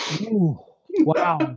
wow